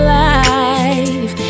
life